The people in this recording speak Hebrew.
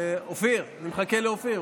אני מחכה לאופיר.